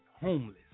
homeless